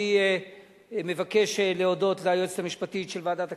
אני מבקש להודות ליועצת המשפטית של ועדת הכספים,